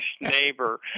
neighbor